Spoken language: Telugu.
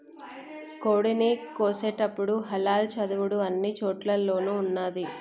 కోడిని కోసేటపుడు హలాల్ చదువుడు అన్ని చోటుల్లోనూ ఉన్నాది